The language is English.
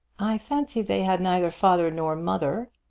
i fancy they had neither father nor mother.